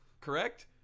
correct